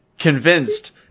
convinced